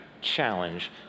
challenge